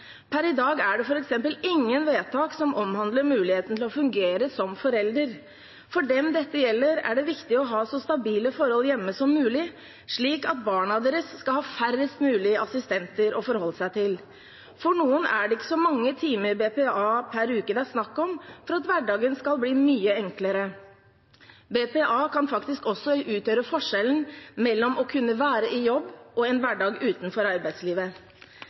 Per i dag er det f.eks. ingen vedtak som omhandler muligheten til å fungere som forelder. For dem dette gjelder, er det viktig å ha så stabile forhold hjemme som mulig, slik at barna deres skal ha færrest mulig assistenter å forholde seg til. For noen er det ikke så mange timer BPA per uke det er snakk om for at hverdagen skal bli mye enklere. BPA kan faktisk også utgjøre forskjellen mellom å kunne være i jobb og å ha en hverdag utenfor arbeidslivet.